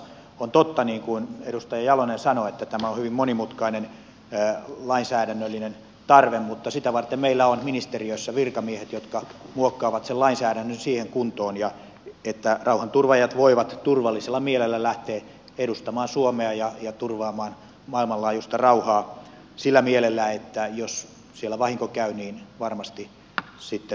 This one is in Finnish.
on totta niin kuin edustaja jalonen sanoi että tämä on hyvin monimutkainen lainsäädännöllinen tarve mutta sitä varten meillä on ministeriössä virkamiehet jotka muokkaavat sen lainsäädännön siihen kuntoon että rauhanturvaajat voivat turvallisella mielellä lähteä edustamaan suomea ja turvaamaan maailmanlaajuista rauhaa sillä mielellä että jos siellä vahinko käy niin varmasti sitten huolta pidetään